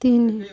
ତିନି